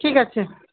ঠিক আছে